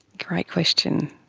great question.